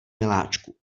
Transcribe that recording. miláčku